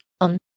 On